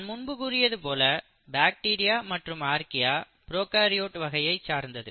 நான் முன்பு கூறியது போல பாக்டீரியா மற்றும் ஆர்க்கியா ப்ரோகாரியோட் வகையை சார்ந்தது